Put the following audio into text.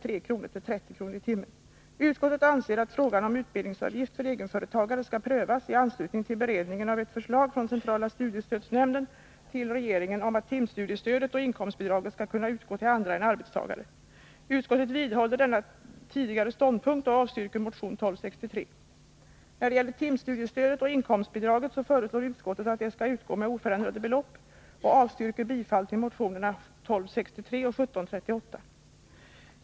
Utskottet anser att frågan om utbildningsavgift för egenföretagare skall prövas i anslutning till beredningen av ett förslag från centrala studiestödsnämnden till regeringen om att timstudiestödet och inkomstbidraget skall kunna utgå till andra än arbetstagare. Utskottet vidhåller denna tidigare ståndpunkt och avstyrker motion 1263. När det gäller timstudiestödet och inkomstbidraget föreslår utskottet att det skall utgå med oförändrade belopp och avstyrker motionerna 1263 och 1738.